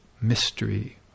mystery